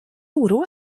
oroa